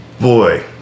boy